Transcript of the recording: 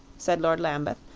said lord lambeth.